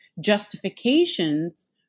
justifications